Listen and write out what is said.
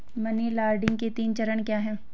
Money laundering के तीन चरण क्या हैं?